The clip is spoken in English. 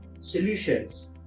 solutions